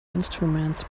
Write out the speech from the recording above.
instruments